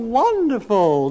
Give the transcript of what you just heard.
wonderful